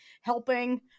helping